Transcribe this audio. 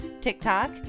TikTok